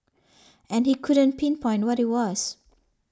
and he couldn't pinpoint what it was